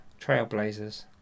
trailblazers